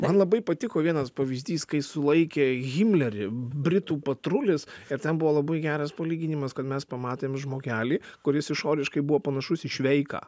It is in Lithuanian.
man labai patiko vienas pavyzdys kai sulaikė himlerį britų patrulis ir buvo labai geras palyginimas kad mes pamatėm žmogelį kuris išoriškai buvo panašus į šveiką